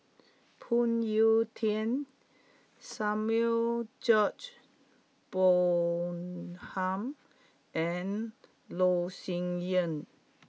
Phoon Yew Tien Samuel George Bonham and Loh Sin Yun